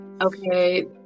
okay